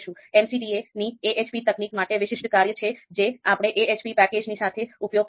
MCDA ની AHP તકનીક માટે વિશિષ્ટ કાર્ય છે જે આપણે AHP પેકેજોની સાથે ઉપયોગ કરીશું